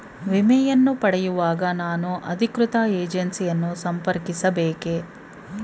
ವಿಮೆಯನ್ನು ಪಡೆಯುವಾಗ ನಾನು ಅಧಿಕೃತ ಏಜೆನ್ಸಿ ಯನ್ನು ಸಂಪರ್ಕಿಸ ಬೇಕೇ?